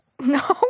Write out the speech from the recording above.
No